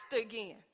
again